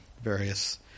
various